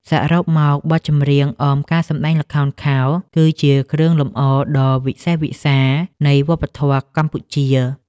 សរុបមក បទចម្រៀងអមការសម្ដែងល្ខោនខោល គឺជាគ្រឿងលម្អដ៏វិសេសវិសាលនៃវប្បធម៌កម្ពុជា។